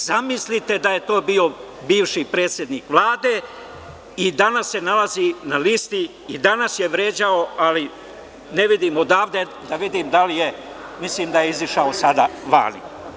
Zamislite da je to bio bivši predsednik Vlade i danas se nalazi na listi i danas je vređao, ali ne vidim odavde, mislim da je izašao sada vani.